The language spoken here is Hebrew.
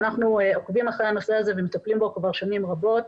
אנחנו עוקבים אחרי הנושא ומטפלים בו כבר שנים רבות.